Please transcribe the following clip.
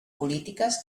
polítiques